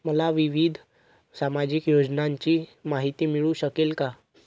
मला विविध सामाजिक योजनांची माहिती मिळू शकेल का?